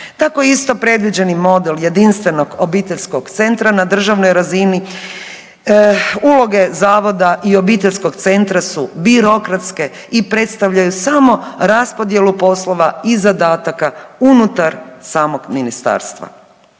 Tako je isto predviđen i model jedinstvenog obiteljskog centra na državnoj razini. Uloge zavoda i obiteljskog centra su birokratske i predstavljaju samo raspodjelu poslova i zadataka unutar samog ministarstva.